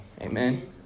Amen